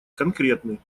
конкретны